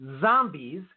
zombies